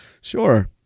Sure